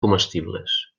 comestibles